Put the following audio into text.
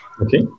Okay